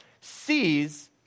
sees